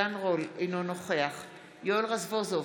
אינו נוכח יואל רזבוזוב,